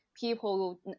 people